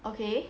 okay